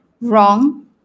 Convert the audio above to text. wrong